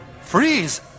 Freeze